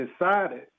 decided